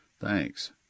Thanks